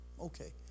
Okay